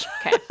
Okay